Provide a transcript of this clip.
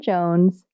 Jones